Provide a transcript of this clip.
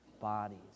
bodies